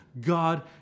God